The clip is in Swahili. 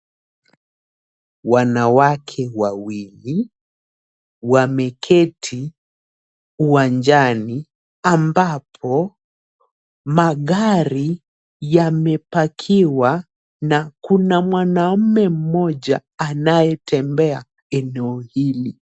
Wanawake wawili wameketi uwanjani ambapo magari yamepakiwa na kuna mwanaume moja anayetembea eneo hili.